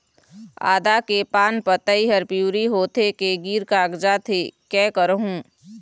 आदा के पान पतई हर पिवरी होथे के गिर कागजात हे, कै करहूं?